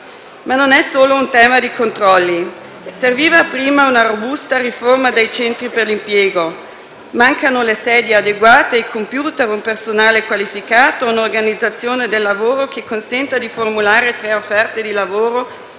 Ma non è solo un tema di controlli. Serviva prima una robusta riforma dei centri per l'impiego. Mancano le sedi adeguate, i *computer*, un personale qualificato e un'organizzazione del lavoro che consenta di formulare tre offerte di lavoro